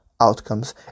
outcomes